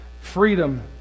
freedom